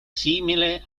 simile